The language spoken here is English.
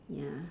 ya